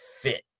fit